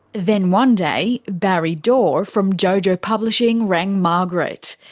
then one day, barry dorr from jojo publishing rang margaret.